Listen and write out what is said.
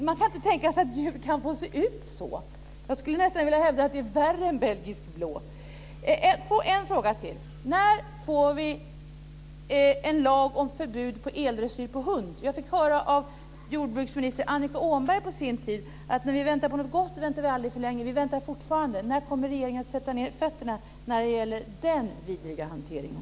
Man kan inte tänka sig att djur kan få se ut så. Jag skulle nästan vilja hävda att det är värre än belgisk blå. Jag har en fråga till. När får vi en lag om förbud för eldressyr av hund. Jag fick höra av jordbruksminister Annika Åhnberg på sin tid att när vi väntar på något gott väntar vi aldrig för länge. Vi väntar fortfarande. När kommer regeringen att sätta ned fötterna när det gäller den vidriga hanteringen?